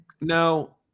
No